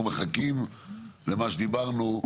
אנחנו מחכים למה שדיברנו,